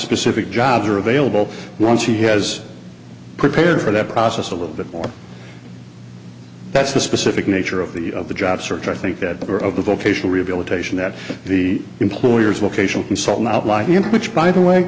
specific jobs are available once he has prepared for that process a little bit more that's the specific nature of the of the job search i think that are of the vocational rehabilitation that the employers will cation you saw an outline in which by the way